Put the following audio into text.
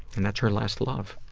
and that's her last love.